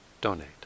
donate